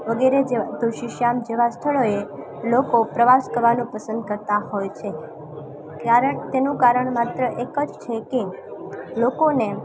વગેરે જેવા તુલસીશ્યામ જેવા સ્થળોએ લોકો પ્રવાસ કરવાનો પસંદ કરતાં હોય છે કારણ તેનું કારણ માત્ર એક જ છે કે લોકોને